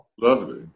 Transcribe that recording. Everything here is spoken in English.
lovely